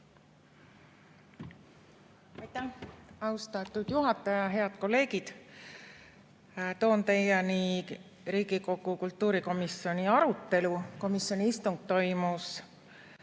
austatud juhataja! Head kolleegid! Toon teieni Riigikogu kultuurikomisjoni arutelu. Komisjoni istung toimus